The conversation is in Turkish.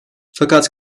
fakat